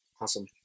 Awesome